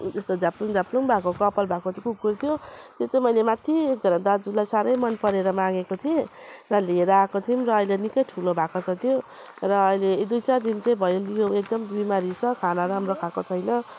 यस्तो झाप्लुङ झाप्लुङ भएको कपाल भएको चाहिँ कुकुर त्यो त्यो चाहिँ मैले माथि एकजना दाजुलाई साह्रै मनपरेर मागेको थिएँ र लिएर आएको थियौँ र अहिले निकै ठुलो भएको छ त्यो र अहिले दुई चार दिन चाहिँ भयो लियो एकदम बिमारी छ खाना राम्रो खाएको छैन